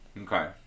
Okay